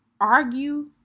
argue